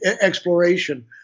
exploration